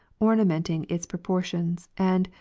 ornamenting its propor tions, and,